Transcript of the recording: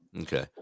Okay